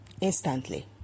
Instantly